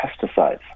pesticides